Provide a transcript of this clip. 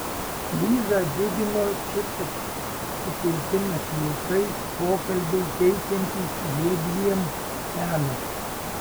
lizą džiugino šis apsikeitimas juokais pokalbiai teikiantys jiedviem peno